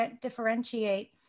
differentiate